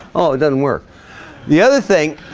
oh, it doesn't work the other thing.